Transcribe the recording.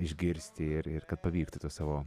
išgirsti ir ir kad pavyktų į tuos savo